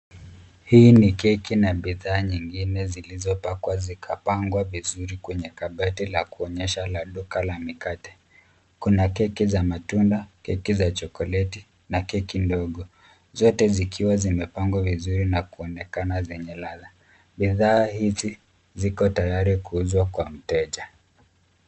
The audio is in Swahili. Hii ni keki na bidhaa nyingine zilizopakwa zikipangwa vizuri kwenye kabati la kuonyesha la duka la mikate. Kuna keki za matunda, keki za chokoleti na keki ndogo, zote zikiwa zimepangwa vizuri na kuonekana zenye ladha. Bidhaa hizi ziko tayari kuuzwa kwa mteja.